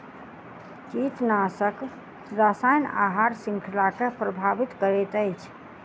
कीटनाशक रसायन आहार श्रृंखला के प्रभावित करैत अछि